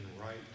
right